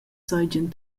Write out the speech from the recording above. seigien